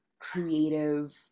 creative